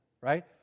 right